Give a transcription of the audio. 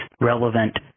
relevant